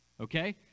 Okay